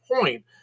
point